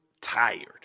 tired